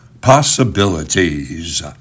Possibilities